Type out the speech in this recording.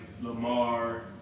Lamar